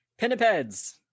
Pinnipeds